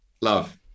Love